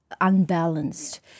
unbalanced